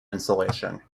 insulation